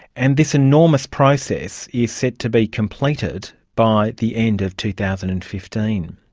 and this enormous process is set to be completed by the end of two thousand and fifteen.